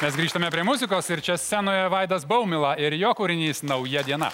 mes grįžtame prie muzikos ir čia scenoje vaidas baumila ir jo kūrinys nauja diena